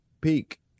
Peak